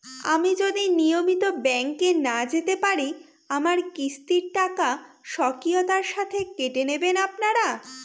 আমি যদি নিয়মিত ব্যংকে না যেতে পারি আমার কিস্তির টাকা স্বকীয়তার সাথে কেটে নেবেন আপনারা?